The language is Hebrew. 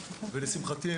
ולשמחתי,